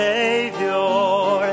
Savior